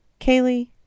Kaylee